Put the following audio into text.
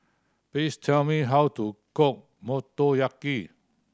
please tell me how to cook Motoyaki